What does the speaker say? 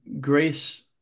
grace